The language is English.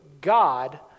God